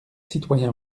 citoyen